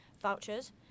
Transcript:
vouchers